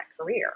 career